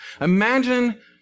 Imagine